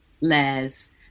layers